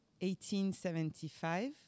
1875